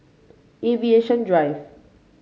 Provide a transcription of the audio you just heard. Aviation Drive